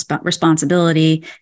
responsibility